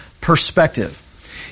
perspective